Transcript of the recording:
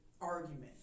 argument